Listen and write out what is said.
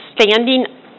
standing